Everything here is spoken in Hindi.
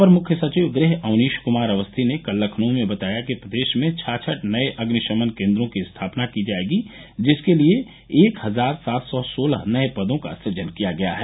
अपर मुख्य सचिव गृह अवनीश कुमार अवस्थी ने कल लखनऊ में बताया कि प्रदेश में छाछठ नये अग्निशमन केन्द्रों की स्थापना की जायेगी जिसके लिये एक हजार सात सौ सोलह नये पदों का सुजन किया गया है